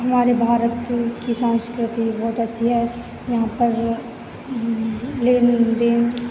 हमारे भारत की संस्कृति बहुत अच्छी है यहाँ पर लेन देन